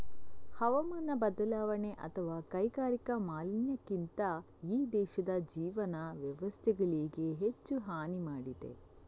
ಹವಾಮಾನ ಬದಲಾವಣೆ ಅಥವಾ ಕೈಗಾರಿಕಾ ಮಾಲಿನ್ಯಕ್ಕಿಂತ ಈ ದೇಶದ ಜೀವನ ವ್ಯವಸ್ಥೆಗಳಿಗೆ ಹೆಚ್ಚು ಹಾನಿ ಮಾಡಿದೆ